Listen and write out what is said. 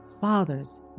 Fathers